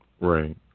Right